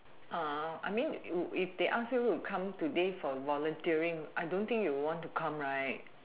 uh I mean if if they ask you to come today for volunteering I don't think you would want to come right